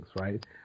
right